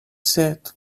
said